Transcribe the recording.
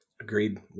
Agreed